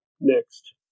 next